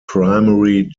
primary